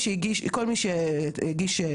במיוחד בגלל הניכויים האלה,